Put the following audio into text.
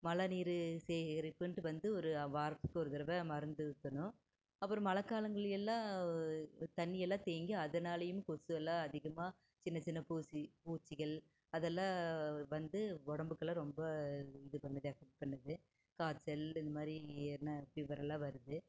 மழை நீர் சேகரிப்புன்ட்டு வந்து ஒரு வாரத்துக்கு ஒரு தடவை மருந்து ஊற்றணும் அப்புறம் மழைக்காலங்கள் எல்லாம் தண்ணீர் எல்லாம் தேங்கி அதுனாலேயும் கொசு எல்லாம் அதிகமாக சின்ன சின்ன பூச்சி பூச்சிகள் அதெல்லாம் வந்து உடம்புக்கெல்லாம் ரொம்ப இது பண்ணுது அஃபெக்ட் பண்ணுது காய்ச்சல் இந்தமாதிரி என்ன ஃபீவர் எல்லாம் வருது